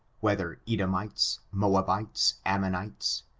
whether edomites, moabites, ammonites,